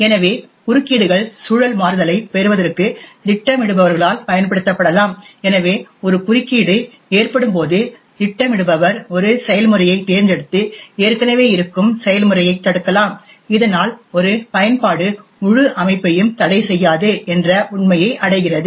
எனவே குறுக்கீடுகள் சூழல் மாறுதலைப் பெறுவதற்கு திட்டமிடுபவர்களால் பயன்படுத்தப்படலாம் எனவே ஒரு குறுக்கீடு ஏற்படும் போது திட்டமிடுபவர் ஒரு செயல்முறையைத் தேர்ந்தெடுத்து ஏற்கனவே இருக்கும் செயல்முறையைத் தடுக்கலாம் இதனால் ஒரு பயன்பாடு முழு அமைப்பையும் தடைசெய்யாது என்ற உண்மையை அடைகிறது